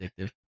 addictive